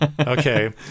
Okay